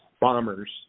bombers